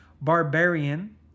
barbarian